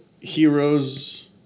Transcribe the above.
heroes